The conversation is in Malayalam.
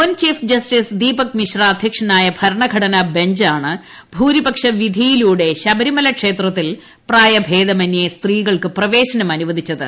മുൻ ചീഫ് ജസ്റ്റീസ് ദീപക് മിശ്ര അധ്യക്ഷനായ ഭരണഘടന ബഞ്ചാണ് ഭൂരിപക്ഷ വിധിയിലൂടെ ശബരിമല ക്ഷേത്രത്തിൽ പ്രായഭേദമന്യേ സ്ത്രീപ്രവേശനം അനുവദിച്ചത്